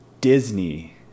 Disney